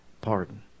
pardon